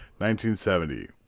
1970